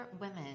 women